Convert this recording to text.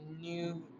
new